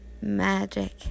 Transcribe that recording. magic